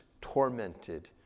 tormented